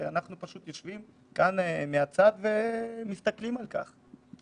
ואנחנו יושבים מהצד ומסתכלים על כך.